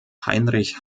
heinrich